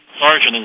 Sergeant